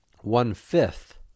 one-fifth